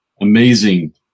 amazing